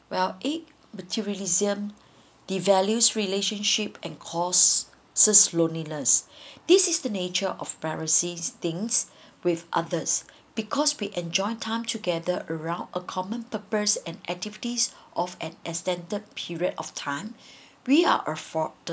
well a materialism devalues relationship and costs us loneliness this is the nature of piracy things with others because we enjoy time together around a common purpose and activities of an extended period of time we are afforded